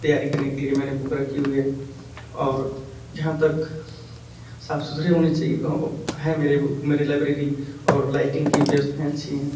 तैयारी करने के लिए मैंने बुक रखी हुई है और जहाँ तक साफ सुथरी होनी चाहिए है मेरे मेरे लाइब्रेरी और लाइटिंग की व्यवस्थाएँ अच्छी हैं